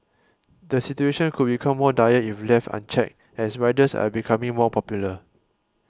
the situation could become more dire if left unchecked as riders are becoming more popular